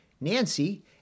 Nancy